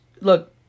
look